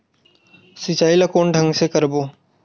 सिंचाई ल कोन ढंग से करबो?